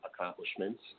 accomplishments